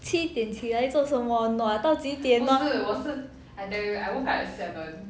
七点起来做什么 nua 到几点 lor